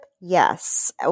Yes